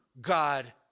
God